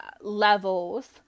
levels